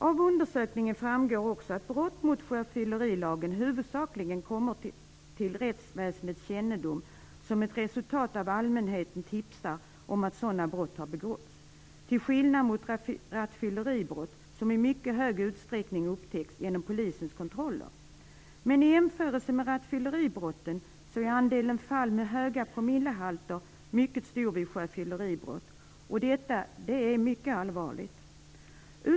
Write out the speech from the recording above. Av undersökningen framgår också att brott mot sjöfyllerilagen huvudsakligen kommer till rättsväsendets kännedom som ett resultat av att allmänheten tipsar om att sådana brott har begåtts, till skillnad från rattfylleribrott som i mycket stor utsträckning upptäcks genom polisens kontroller. Men i jämförelse med rattfylleribrotten är andelen fall med höga promillehalter mycket stor vid sjöfylleribrott. Detta är mycket allvarligt.